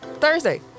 Thursday